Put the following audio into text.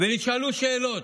ונשאלו שאלות.